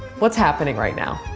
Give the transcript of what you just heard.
what's happening right now?